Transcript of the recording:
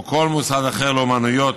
או כל מוסד אחר לאומנויות,